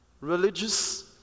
Religious